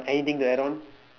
anything to add on